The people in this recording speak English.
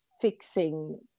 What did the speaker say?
fixing